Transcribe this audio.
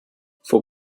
for